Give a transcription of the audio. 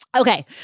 Okay